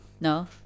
no